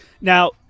Now